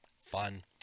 Fun